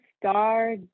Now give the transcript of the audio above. star